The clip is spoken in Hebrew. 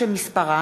יעקב ליצמן,